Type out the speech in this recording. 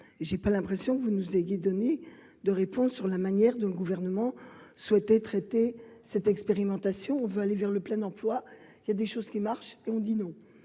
j'ai pas l'impression que vous nous ayez donné de réponse sur la manière dont le gouvernement souhaitait traiter cette expérimentation on veut aller vers le plein emploi, il y a des choses qui marchent et on dit nous